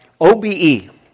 OBE